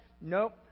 nope